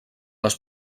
les